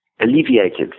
alleviated